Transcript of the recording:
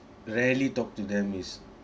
rarely talk to them is